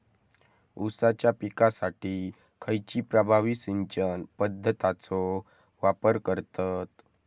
ऊसाच्या पिकासाठी खैयची प्रभावी सिंचन पद्धताचो वापर करतत?